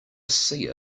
see